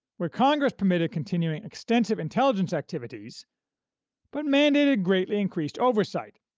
where congress permitted continuing extensive intelligence activities but mandated greatly increased oversight,